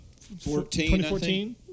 2014